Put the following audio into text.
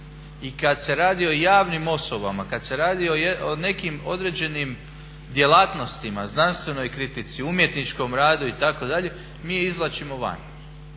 i kad se radi o javnim osobama, kad se radi o nekim određenim djelatnostima, znanstvenoj kritici, umjetničkom radu itd. mi je izvlačimo van.